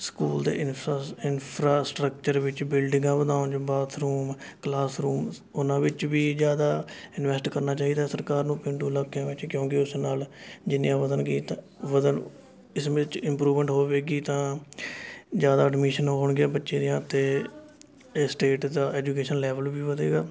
school ਦਾ infra infrastructure ਵਿੱਚ ਬਿਲਡਿਗਾਂ ਵਧਾਉਣ ਬਾਥਰੂਮ ਕਲਾਸਰੂਮ ਉਹਨਾਂ ਵਿੱਚ ਵੀ ਜ਼ਿਆਦਾ ਇੰਨਵੈਸਟ ਕਰਨਾ ਚਾਹੀਦਾ ਸਰਕਾਰ ਨੂੰ ਪੇਂਡੂ ਇਲਾਕਿਆਂ ਵਿੱਚ ਕਿਉਂਕਿ ਉਸ ਨਾਲ਼ ਜਿੰਨੀਆਂ ਵਧਣਗੀਆਂ ਵਧਣ ਇਸ ਵਿੱਚ ਇੰਮਪੂਰਵਮੈਂਟ ਹੋਵੇਗੀ ਤਾਂ ਜ਼ਿਆਦਾ ਐਡਮਿਸ਼ਨ ਹੋਣਗੇ ਬੱਚੇ ਦੀਆਂ ਅਤੇ ਇਹ ਸਟੇਟ ਦਾ ਐਜੂਕੇਸ਼ਨ ਲੈਵਲ ਵੀ ਵਧੇਗਾ